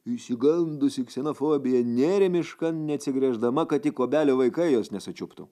išsigandusi ksenofobija nėrė miškan neatsigręždama kad tik obelių vaikai jos nesučiuptų